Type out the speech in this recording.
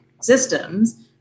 systems